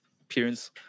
appearance